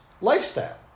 lifestyle